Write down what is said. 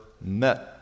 met